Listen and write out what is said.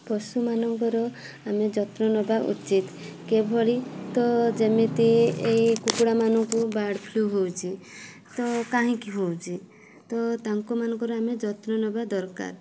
ପଶୁମାନଙ୍କର ଆମେ ଯତ୍ନ ନେବା ଉଚିତ କିଭଳି ତ ଯେମିତି ଏହି କୁକୁଡ଼ାମାନଙ୍କୁ ବାର୍ଡ଼ ଫ୍ଲୁ ହେଉଛି ତ କାହିଁକି ହେଉଛି ତ ତାଙ୍କମାନଙ୍କର ଆମେ ଯତ୍ନ ନେବା ଦରକାର